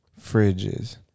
fridges